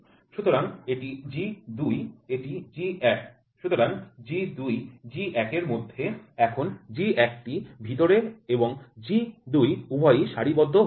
সুতরাং এটি G ২ এটি G ১ সুতরাং G ২ G ১ এর মধ্যে এখন G ১ টি ভিতরে রয়েছে এবং G ২ উভয়ই সারিবদ্ধ হয়েছে